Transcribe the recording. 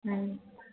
ꯎꯝ